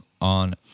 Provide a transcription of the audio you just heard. on